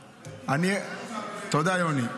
------ תודה, יוני.